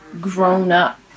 grown-up